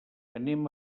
anem